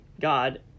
god